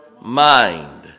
mind